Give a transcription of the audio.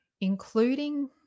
including